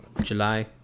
July